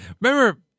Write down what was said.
remember